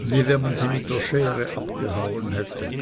wie wenn man sie mit der schere abgehauen hätte